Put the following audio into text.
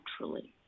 naturally